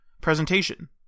presentation